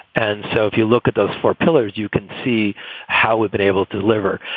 and so if you look at those four pillars, you can see how we've been able to deliver.